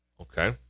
Okay